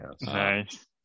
Nice